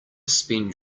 spend